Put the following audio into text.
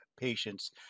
patients